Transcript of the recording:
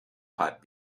pipe